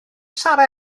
sarra